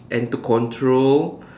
and to control